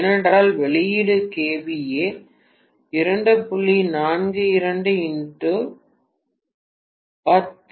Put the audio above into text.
ஏனென்றால் வெளியீடு kVA 2